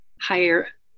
higher